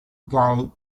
gay